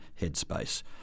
Headspace